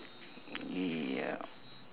ya